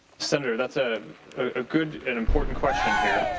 senator that's ah ah good and important question here.